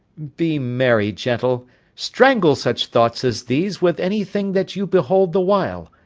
be merry, gentle strangle such thoughts as these with any thing that you behold the while.